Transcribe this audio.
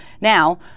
Now